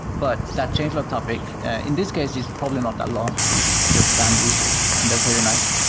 but that change log topic in this case is probably not that long since it's just banned users and they're pretty nice.